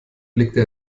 blickte